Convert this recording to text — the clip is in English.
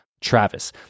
Travis